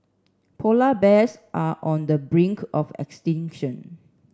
polar bears are on the brink of extinction